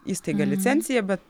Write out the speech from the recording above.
įstaiga licenciją bet